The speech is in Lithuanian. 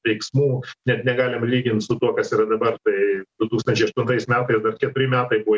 veiksmų net negalim lygint su tuo kas yra dabar tai du tūkstančiai aštuntais metais dar keturi metai buvo